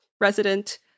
resident